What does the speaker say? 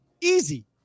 Easy